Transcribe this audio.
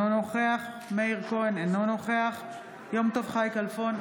אינו נוכח מאיר כהן, אינו נוכח יום טוב חי כלפון,